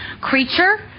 creature